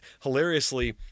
hilariously